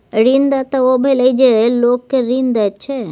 ऋणदाता ओ भेलय जे लोक केँ ऋण दैत छै